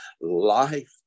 life